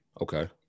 okay